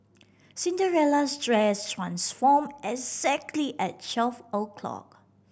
Cinderella's dress transformed exactly at twelve o'clock